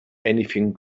anything